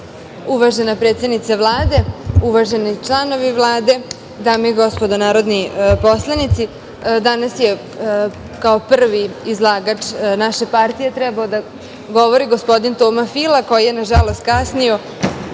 predsednice Vlade, uvaženi članovi Vlade, dame i gospodo narodni poslanici, danas je kao prvi izlagač naše partije trebao da govori gospodin Toma Fila, koji je, nažalost, kasnio